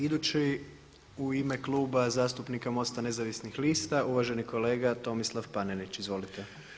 Idući u ime Kluba zastupnika MOST-a nezavisnih lista uvaženi kolega Tomislav Panenić, izvolite.